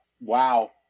Wow